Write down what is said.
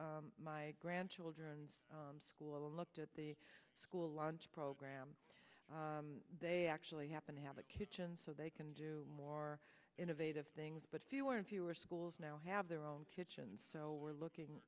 my grandchildren's school and looked at the school lunch program they actually happen to have a kitchen so they can do more innovative things but fewer and fewer schools now have their own kitchen so we're looking